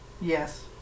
yes